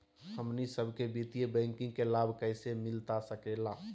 हमनी सबके वित्तीय बैंकिंग के लाभ कैसे मिलता सके ला?